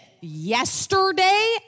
Yesterday